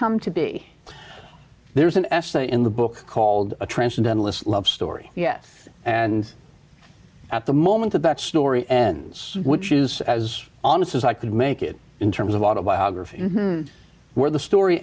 come to be there's an essay in the book called a transcendentalist love story yes and at the moment that story ends which is as honest as i could make it in terms of autobiography where the story